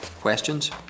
questions